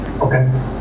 Okay